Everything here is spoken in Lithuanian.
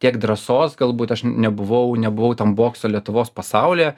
tiek drąsos galbūt aš nebuvau nebuvau tam bokso lietuvos pasaulyje